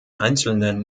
einzelnen